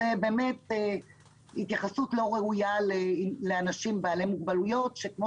זאת באמת התייחסות לא ראויה לאנשים בעלי מוגבלויות שכמו